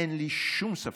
אין לי שום ספק,